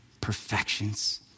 perfections